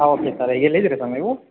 ಹಾಂ okay sir ಈಗೆಲ್ಲಿದ್ದೀರಾ sir ನೀವು